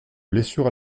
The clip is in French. blessure